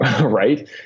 right